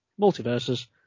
Multiverses